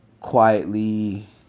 Quietly